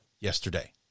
yesterday